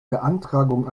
beantragung